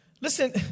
Listen